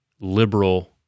liberal